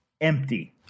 empty